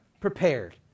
prepared